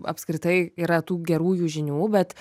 apskritai yra tų gerųjų žinių bet